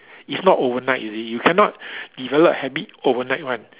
it's not overnight you see you cannot develop a habit overnight one